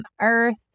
Earth